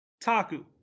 Taku